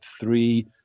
three